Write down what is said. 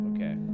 Okay